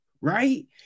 right